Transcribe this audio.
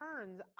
turns